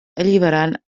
alliberant